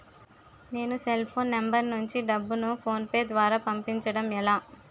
నేను cell phone number నుంచి డబ్బును ను ఫోన్పే అప్ ద్వారా పంపించడం ఎలా?